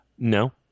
No